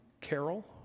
Carol